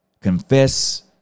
confess